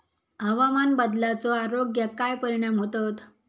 हवामान बदलाचो आरोग्याक काय परिणाम होतत?